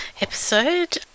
episode